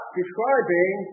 describing